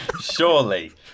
Surely